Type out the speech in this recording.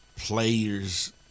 Players